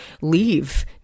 leave